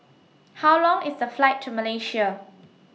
How Long IS The Flight to Malaysia